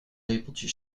lepeltje